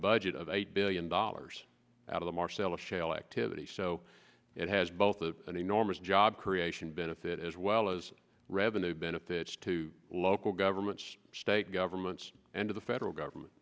budget of eight billion dollars out of the marcellus shale activity so it has both a an enormous job creation benefit as well as revenue benefits to local governments state governments and the federal government